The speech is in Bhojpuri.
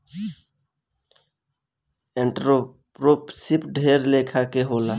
एंटरप्रेन्योरशिप ढेर लेखा के होला